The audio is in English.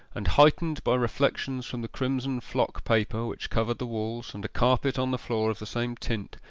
and heightened by reflections from the crimson-flock paper which covered the walls, and a carpet on the floor of the same tint,